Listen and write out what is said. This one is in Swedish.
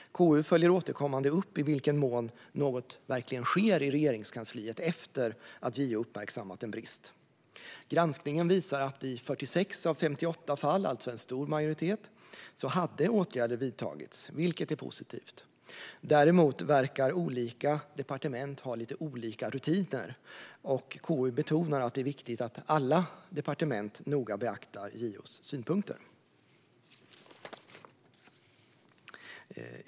KU följer återkommande upp i vilken mån något verkligen sker i Regeringskansliet efter att JO uppmärksammat en brist. Granskningen visar att åtgärder vidtagits i 46 av 58 fall - det är alltså en stor majoritet. Det är positivt. Däremot verkar olika departement ha lite olika rutiner. KU betonar att det är viktigt att alla departement noga beaktar JO:s synpunkter.